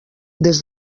des